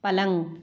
पलंग